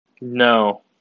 No